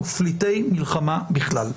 ופליטי מלחמה בכלל.